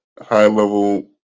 high-level